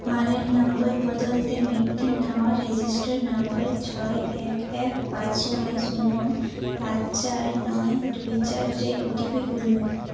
ᱢᱟᱨᱮᱱ ᱱᱟᱢᱵᱟᱨ ᱵᱚᱫᱚᱞ ᱛᱮ ᱢᱤᱜᱴᱮᱱ ᱱᱟᱣᱟ ᱨᱮᱡᱤᱥᱴᱟᱨ ᱱᱟᱢᱵᱟᱨ ᱪᱷᱚᱭ ᱮᱠ ᱮᱠ ᱯᱟᱸᱪ ᱱᱚᱭ ᱥᱩᱱᱱᱚ ᱯᱟᱸᱪ ᱪᱟᱨ ᱱᱚᱭ ᱫᱩᱭ ᱪᱟᱨ ᱨᱮ ᱳ ᱴᱤ ᱯᱤ ᱠᱩᱞᱢᱮ